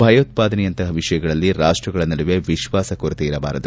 ಭಯೋತ್ವಾದನೆಯಂತಪ ವಿಷಯಗಳಲ್ಲಿ ರಾಷ್ಸಗಳ ನಡುವೆ ವಿಶ್ವಾಸ ಕೊರತೆ ಇರಬಾರದು